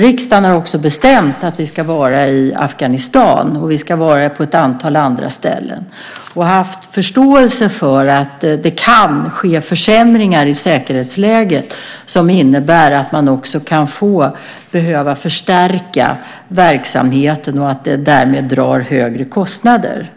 Riksdagen har också bestämt att vi ska vara i Afghanistan och att vi ska vara på ett antal andra ställen och haft förståelse för att det kan ske försämringar i säkerhetsläget som innebär att man kan behöva förstärka verksamheten och att det därmed blir högre kostnader.